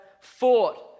fought